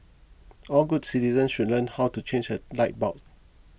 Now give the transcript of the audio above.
all good citizens should learn how to change a light bulb